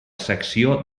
secció